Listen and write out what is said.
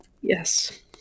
Yes